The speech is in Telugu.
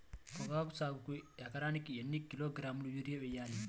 పొగాకు సాగుకు ఎకరానికి ఎన్ని కిలోగ్రాముల యూరియా వేయాలి?